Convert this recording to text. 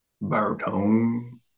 Baritone